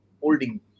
holding